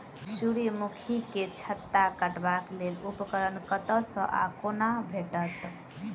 सूर्यमुखी केँ छत्ता काटबाक लेल उपकरण कतह सऽ आ कोना भेटत?